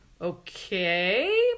okay